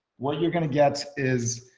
what you're gonna get is,